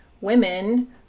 women